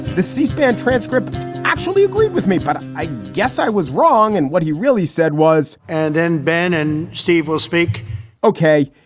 the c-span transcript actually agreed with me but i guess i was wrong and what he really said was and then ben and steve will speak okay.